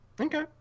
Okay